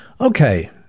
Okay